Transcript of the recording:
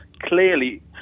clearly